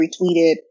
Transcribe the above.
retweeted